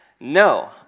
No